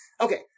Okay